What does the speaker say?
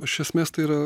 iš esmės tai yra